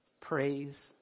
praise